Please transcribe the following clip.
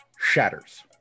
shatters